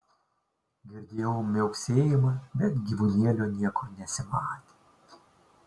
girdėjau miauksėjimą bet gyvūnėlio niekur nesimatė